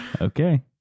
Okay